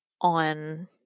on